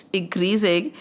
increasing